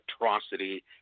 atrocity